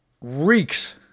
reeks